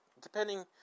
depending